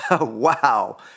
Wow